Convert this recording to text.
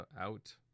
out